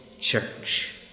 church